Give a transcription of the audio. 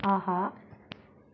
ஆஹா